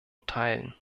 teilen